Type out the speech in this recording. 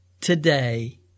today